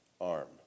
arm